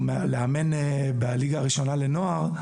או בליגה הראשונה לנוער,